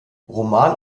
roman